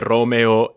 Romeo